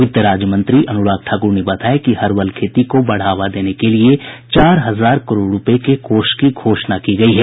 वित्त राज्य मंत्री अनुराग ठाकुर ने बताया कि हर्बल खेती को बढावा देने के लिए चार हजार करोड़ रूपये के कोष की घोषणा की गई है